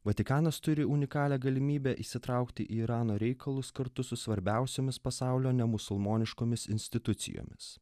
vatikanas turi unikalią galimybę įsitraukti į irano reikalus kartu su svarbiausiomis pasaulio nemusulmoniškomis institucijomis